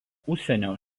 užsienio